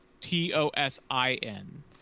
T-O-S-I-N